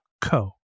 co